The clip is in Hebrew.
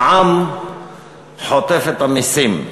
העם חוטף את המסים.